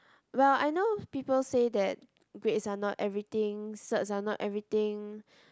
well I know people say that grades are not everything certs are not everything